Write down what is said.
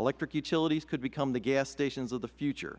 electric utilities could be the gas station of the future